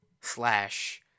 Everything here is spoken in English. slash